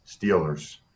Steelers